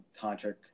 tantric